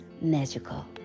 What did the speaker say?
magical